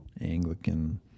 Anglican